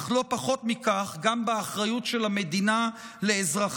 אך לא פחות מכך גם באחריות של המדינה לאזרחיה,